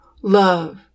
Love